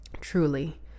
truly